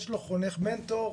יש לו חונך מנטור,